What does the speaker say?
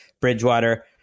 Bridgewater